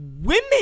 women